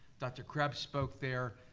dr. krebs spoke there.